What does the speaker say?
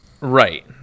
right